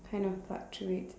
kind of fluctuates